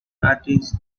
artist